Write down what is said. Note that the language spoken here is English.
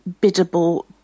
biddable